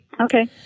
Okay